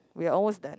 we're almost done